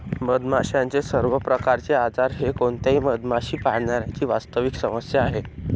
मधमाशांचे सर्व प्रकारचे आजार हे कोणत्याही मधमाशी पाळणाऱ्या ची वास्तविक समस्या आहे